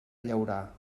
llaurar